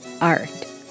art